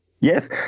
Yes